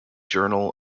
journal